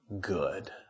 good